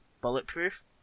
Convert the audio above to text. bulletproof